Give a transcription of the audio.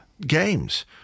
games